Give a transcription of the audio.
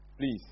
please